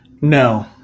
no